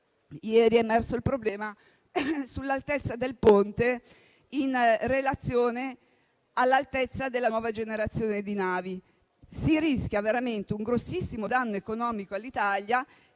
è emerso il problema dell'altezza del ponte in relazione alla nuova generazione di navi: si rischia veramente un grandissimo danno economico all'Italia